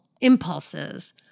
impulses